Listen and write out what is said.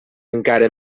encara